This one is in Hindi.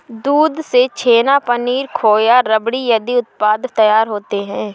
दूध से छेना, पनीर, खोआ, रबड़ी आदि उत्पाद तैयार होते हैं